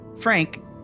Frank